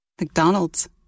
McDonald's